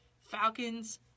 Falcons